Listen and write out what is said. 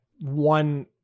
one